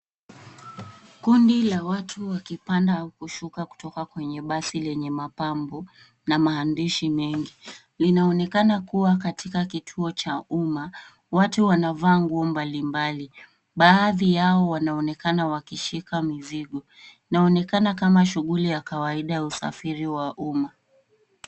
Kundi la watu wakipanda au kushuka kutoka kwenye basi lenye mapambo na maandishi mengi. Linaonekana kuwa katika kituo cha umma. Watu wanavaa nguo mbalimbali. Baadhi yao wanaonekana wakishika mizigo. Inaonekana kama shughuli ya kawaida ya usafiri wa umma.